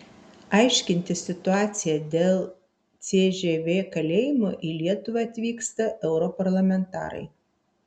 aiškintis situaciją dėl cžv kalėjimo į lietuvą atvyksta europarlamentarai